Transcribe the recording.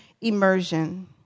immersion